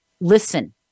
listen